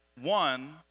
one